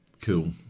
Cool